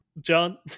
john